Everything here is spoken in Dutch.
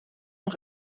nog